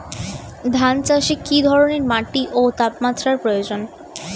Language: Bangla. ধান চাষে কী ধরনের মাটি ও তাপমাত্রার প্রয়োজন?